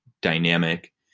dynamic